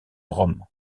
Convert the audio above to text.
rome